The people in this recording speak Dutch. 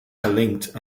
gelinkt